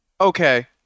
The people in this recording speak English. Okay